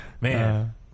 Man